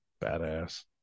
badass